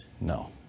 No